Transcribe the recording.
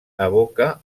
evoca